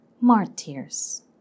Martyrs